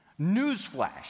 newsflash